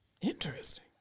interesting